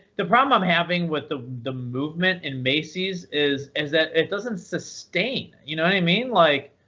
the problem i'm having with the the movement in macy's is is that it doesn't sustain. you know what i mean? like,